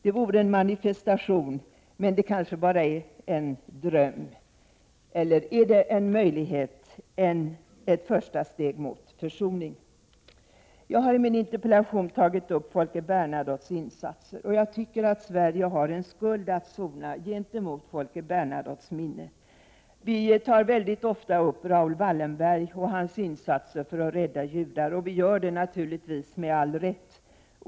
Det vore en manifestation! Men detta är kanske bara en dröm. Eller är det en möjlighet, ett första steg mot försoning? Jag har i min interpellation tagit upp Folke Bernadottes insatser. Jag anser att Sverige har en skuld att sona gentemot Folke Bernadottes minne. Vi tar väldigt ofta — naturligtvis med all rätt — upp Raoul Wallenberg och hans insatser för att rädda judar.